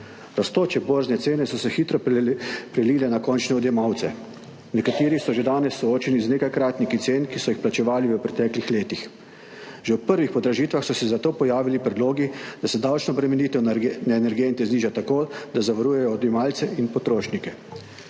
Rastoče borzne cene so se hitro prelile na končne odjemalce. Nekateri so že danes soočeni z nekajkratniki cen, ki so jih plačevali v preteklih letih. Že ob prvih podražitvah so se zato pojavili predlogi, da se davčna obremenitev na energente zniža tako, da zavarujejo odjemalce in potrošnike.